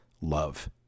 love